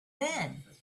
then